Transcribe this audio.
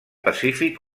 pacífic